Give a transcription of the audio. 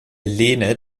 lehne